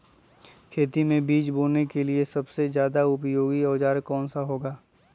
खेत मै बीज बोने के लिए सबसे ज्यादा उपयोगी औजार कौन सा होगा?